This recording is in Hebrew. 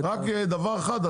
לא,